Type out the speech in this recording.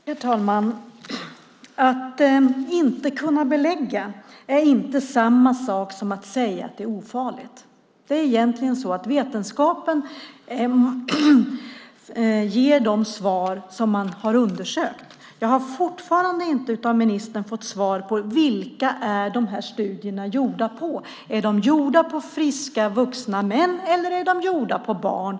Herr talman! Att inte kunna belägga något är inte samma sak som att säga att det är ofarligt. Det är egentligen så att vetenskapen ger de svar som man har undersökt. Jag har fortfarande inte fått svar av ministern på vilka de här studierna är gjorda på. Är de gjorda på friska vuxna män eller är de gjorda på barn?